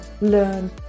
learn